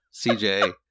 CJ